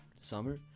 summer